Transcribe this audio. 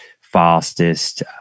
fastest